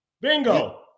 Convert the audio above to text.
Bingo